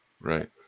Right